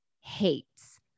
hates